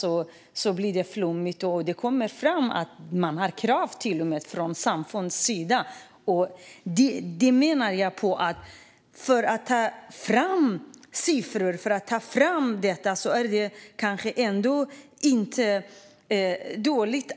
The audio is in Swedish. Det blev flummigt och kom fram att man till och med har krav från samfundets sida på att genomföra oskuldskontroll. För att kunna ta fram siffror är det bra att ha fakta om det som är förbjudet.